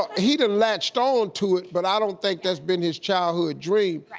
ah he done latched on to it, but i don't think that's been his childhood dream.